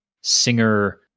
singer